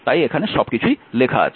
তাই এখানে সবকিছুই লেখা আছে